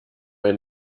ein